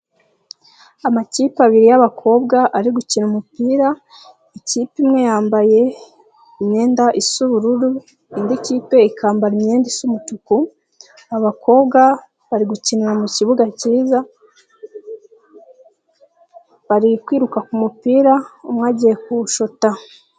Amakipe abiri y'abakobwa ari gukina umupira, ikipe imwe yambaye imyenda isa ubururu, indi kipe ikambara imyenda isa umutuku, abakobwa, bari gukinira mu kibuga kiza, barikwiruka ku mupira umwe agiye kuwushota.